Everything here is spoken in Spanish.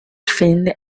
fin